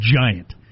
giant